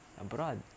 abroad